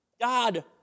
God